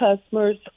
customers